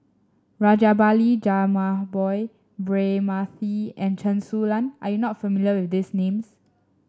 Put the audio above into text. Rajabali Jumabhoy Braema Mathi and Chen Su Lan are you not familiar with these names